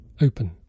open